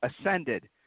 ascended